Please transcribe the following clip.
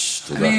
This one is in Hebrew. עלי.